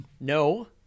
No